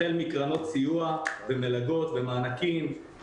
החל מקרנות סיוע ומלגות ומענקים,